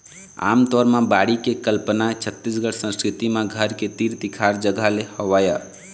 आमतौर म बाड़ी के कल्पना छत्तीसगढ़ी संस्कृति म घर के तीर तिखार जगा ले हवय